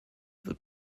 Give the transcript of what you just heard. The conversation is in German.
wird